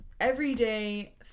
everyday